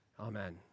Amen